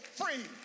free